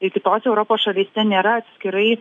ir kitose europos šalyse nėra atskirai